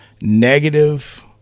negative